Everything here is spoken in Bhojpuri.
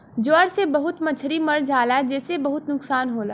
ज्वर से बहुत मछरी मर जाला जेसे बहुत नुकसान होला